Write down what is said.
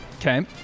Okay